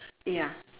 ya